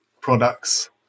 products